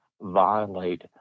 violate